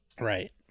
Right